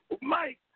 Mike